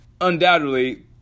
undoubtedly